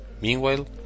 Meanwhile